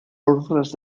ordres